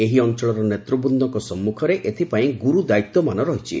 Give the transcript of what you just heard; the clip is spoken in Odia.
ଏହି ଅଞ୍ଚଳର ନେତ୍ୱବୃନ୍ଦଙ୍କ ସମ୍ମୁଖରେ ଏଥିପାଇଁ ଗୁରୁଦାୟିତ୍ୱମାନ ରହିଛି